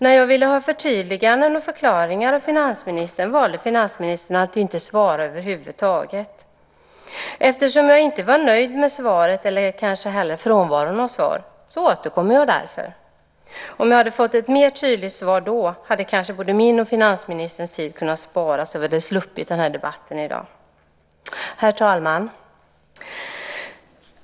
När jag ville ha förtydliganden och förklaringar av finansministern valde finansministern att inte svara över huvud taget. Eftersom jag inte var nöjd med svaret, eller kanske hellre med frånvaron av svar, återkommer jag. Om jag hade fått ett mer tydligt svar hade kanske både min och finansministerns tid kunnat sparas och vi hade sluppit den här debatten i dag. Herr talman!